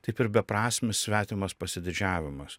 taip ir beprasmis svetimos pasididžiavimas